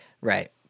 Right